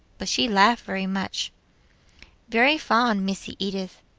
but she laugh very much very fond missy edith,